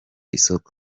isoko